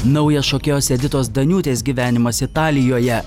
naujas šokėjos editos daniūtės gyvenimas italijoje